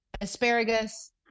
asparagus